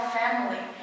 family